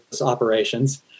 operations